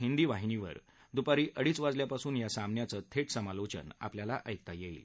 हिंदी वाहिनीवर दुपारी अडीच वाजल्यापासून या सामन्याचं थांट्यसमालोचन आपल्याला ऐकता यईके